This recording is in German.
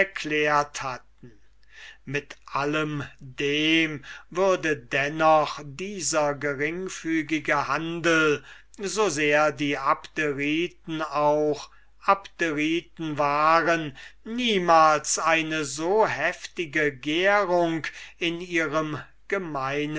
erklärt hatten mit allem dem würde dennoch dieser geringfügige handel so sehr die abderiten auch abderiten waren niemals eine so heftige gärung in ihrem gemeinen